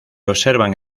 observan